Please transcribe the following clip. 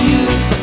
use